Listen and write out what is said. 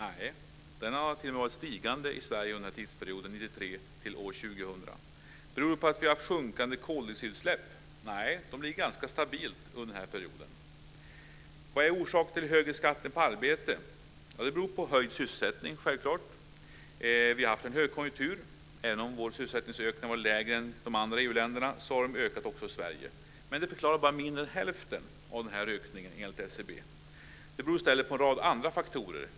Nej, den har t.o.m. varit stigande i Sverige under tidsperioden 1993-2000. Beror det på att vi har sjunkande koldioxidutsläpp? Nej, de har legat ganska stabilt under perioden. Vad är orsaken till den högre skatten på arbete? Det beror självklart på ökad sysselsättning. Vi har haft en högkonjunktur, även om vår sysselsättningsökning har varit lägre än den i de andra EU-länderna har sysselsättningen ökat också i Sverige. Men det förklarar bara mindre än hälften av ökningen enligt Det beror i stället på en rad andra faktorer.